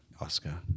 Oscar